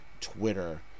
Twitter